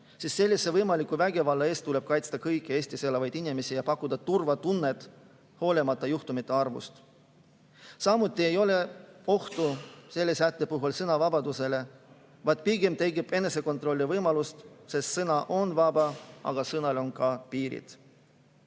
sest sellise võimaliku vägivalla eest tuleb kaitsta kõiki Eestis elavaid inimesi ja pakkuda neile turvatunnet, olenemata juhtumite arvust. Samuti ei ole selle sätte puhul ohtu sõnavabadusele, vaid pigem tekib enesekontrolli [vajadus], sest sõna on vaba, aga sõnal on ka piirid.